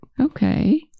Okay